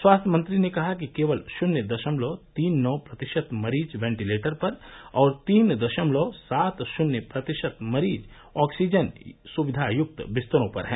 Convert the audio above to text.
स्वास्थ्य मंत्री ने कहा कि केवल शून्य दशमलव तीन नौ प्रतिशत मरीज वेंटिलेटर पर और तीन दशमलव सात शून्य प्रतिशत मरीज ऑक्सीजन सुविधायुक्त बिस्तरों पर हैं